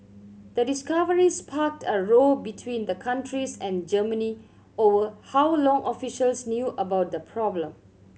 the discovery sparked a row between the countries and Germany over how long officials knew about the problem